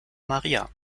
maria